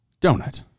donut